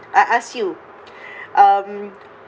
I ask you um